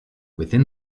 within